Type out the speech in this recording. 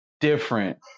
different